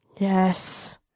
Yes